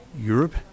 Europe